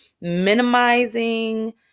minimizing